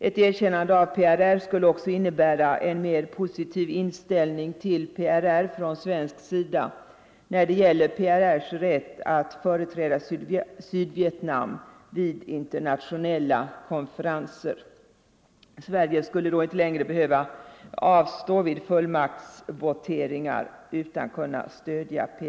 Ett erkännande av PRR skulle också innebära en mer positiv inställning från svensk sida när det gäller PRR:s rätt att företräda Sydvietnam vid Nr 129 internationella konferenser. Sverige skulle då inte längre behöva avstå Onsdagen den vid fullmaktsvoteringar utan kunna stödja PRR.